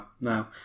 no